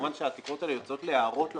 כמובן שהתקרות האלה יוצאות להערות לקופות.